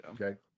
Okay